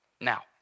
Now